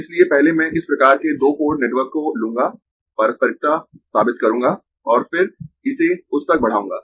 इसलिए पहले मैं इस प्रकार के दो पोर्ट नेटवर्क को लूगा पारस्परिकता साबित करूँगा और फिर इसे उस तक बढ़ाऊंगा